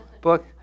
book